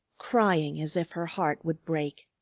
crying as if her heart would break.